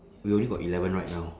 we only got eleven right now